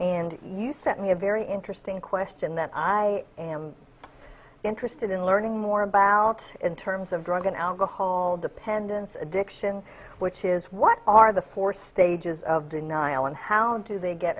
and you sent me a very interesting question that i am interested in learning more about in terms of drug and alcohol dependence addiction which is what are the four stages of denial and how do they get